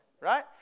right